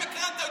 שקרן.